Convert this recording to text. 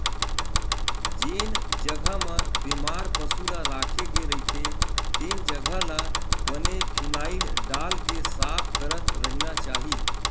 जेन जघा म बेमार पसु ल राखे गे रहिथे तेन जघा ल बने फिनाईल डालके साफ करत रहिना चाही